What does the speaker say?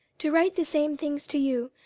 to write the same things to you,